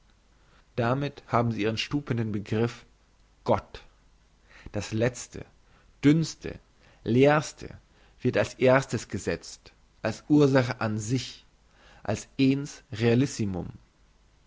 damit haben sie ihren stupenden begriff gott das letzte dünnste leerste wird als erstes gesetzt als ursache an sich als ens